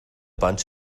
bunch